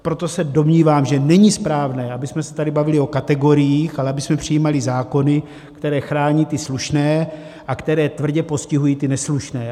A proto se domnívám, že není správné, abychom se tady bavili o kategoriích, ale abychom přijímali zákony, které chrání ty slušné a které tvrdě postihují ty neslušné.